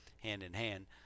hand-in-hand